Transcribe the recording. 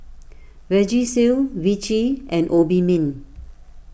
Vagisil Vichy and Obimin